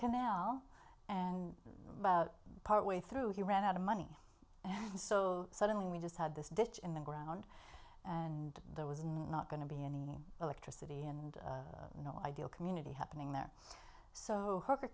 canal and about partway through he ran out of money and suddenly we just had this ditch in the ground and there was not going to be any electricity and ideal community happening there so